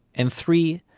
and three,